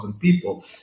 people